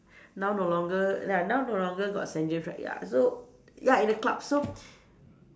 now no longer ya now no longer got Saint James right ya so ya in the club so